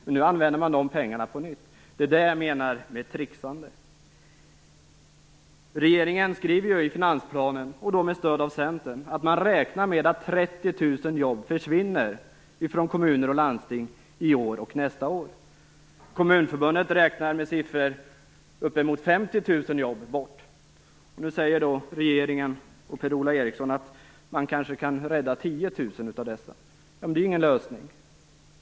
Men nu använder man de pengarna på nytt. Det är detta jag menar med "trixande". I finansplanen skriver regeringen med stöd av Centern att man räknar med att 30 000 jobb försvinner från kommuner och landsting i år och nästa år. Kommunförbundet räknar med att uppemot 50 000 jobb tas bort. Nu säger regeringen och Per-Ola Eriksson att man kanske kan rädda 10 000 av dessa. Men det är ju ingen lösning!